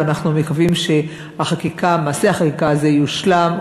ואנחנו מקווים שמעשה החקיקה הזה יושלם.